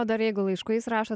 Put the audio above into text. o dar jeigu laiškais rašo